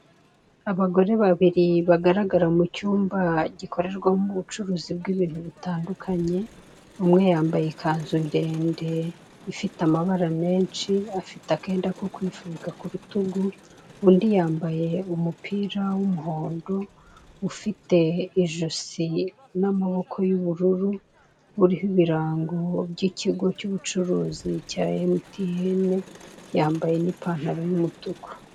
Abagore babiri bagaragara mu cyumba gikorerwamo ubucuruzi bw'ibintu bitandukanye, umwe yambaye ikanzu ndende ifite amabara menshi afite akenda ko kwifubika ku rutugu, undi yambaye umupira w'umuhondo ufite ijosi n'amaboko y'ubururu uriho ibirango by'ikigo cy'ubucuruzi cya emutiyeni yambaye n'ipantalo y'umutuku.